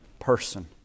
Person